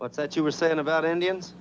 what's that you were saying about indians